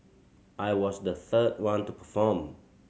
I was the third one to perform